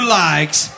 likes